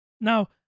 now